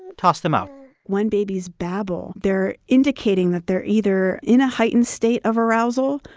toss them out when babies babble, they're indicating that they're either in a heightened state of arousal,